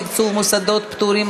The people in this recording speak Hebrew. תקצוב מוסדות פטורים),